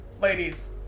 Ladies